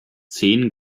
zehn